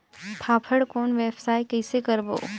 फाफण कौन व्यवसाय कइसे करबो?